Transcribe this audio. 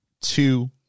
two